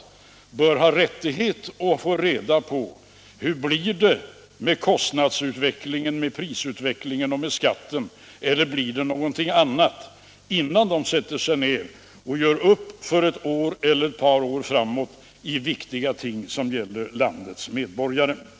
Dessa bör ha rätt att få veta hur det blir med kostnadsutvecklingen, med prisutvecklingen och med skatten — eller om det nu blir någonting annat —- innan de sätter sig ned och gör upp för ett eller två år om för landets medborgare viktiga ting.